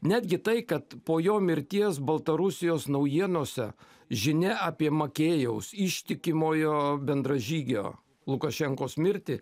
netgi tai kad po jo mirties baltarusijos naujienose žinia apie makėjaus ištikimojo bendražygio lukašenkos mirtį